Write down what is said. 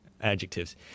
adjectives